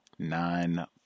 nine